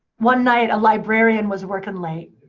one night a librarian was working late.